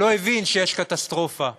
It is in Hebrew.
לא הבין שיש קטסטרופה.